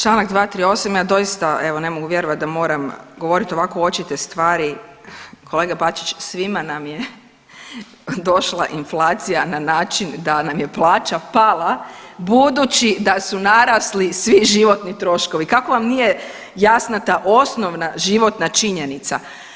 Čl. 238., ja doista evo ne mogu vjerovat da moram govorit ovako očite stvari, kolega Bačić svima nam je došla inflacija na način da nam je plaća pala budući da su narasli svi životni troškovi, kako vam nije jasna ta osnovna životna činjenica.